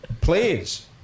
Please